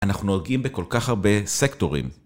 אנחנו נוגעים בכל כך הרבה סקטורים